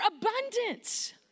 abundance